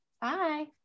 Bye